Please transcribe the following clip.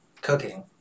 Cooking